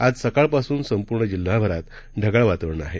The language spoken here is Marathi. आज सकाळपासून संपूर्ण जिल्हाभरात ढगाळ वातावरण आहे